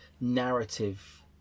narrative